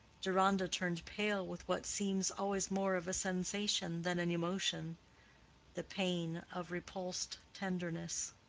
deronda turned pale with what seems always more of a sensation than an emotion the pain of repulsed tenderness.